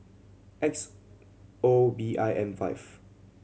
X O B I M five